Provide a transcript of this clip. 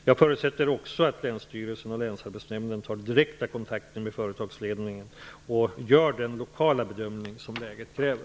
Jag förutsätter också att länsstyrelsen och länsarbetsnämnden tar direkta kontakter med företagsledningen och gör den lokala bedömning som läget kräver.